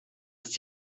ist